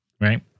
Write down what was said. Right